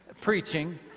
preaching